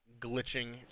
glitching